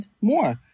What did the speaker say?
more